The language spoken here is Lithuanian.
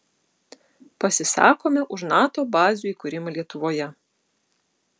pasisakome už nato bazių įkūrimą lietuvoje